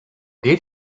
did